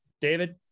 David